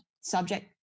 subject